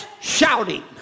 shouting